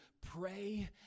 pray